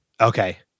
Okay